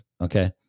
Okay